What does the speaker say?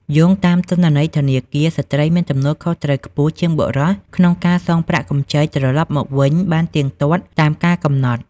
យោងតាមទិន្នន័យធនាគារ ស្ត្រីមានទំនួលខុសត្រូវខ្ពស់ជាងបុរសក្នុងការសងប្រាក់កម្ចីត្រឡប់មកវិញបានទៀងទាត់តាមកាលកំណត់។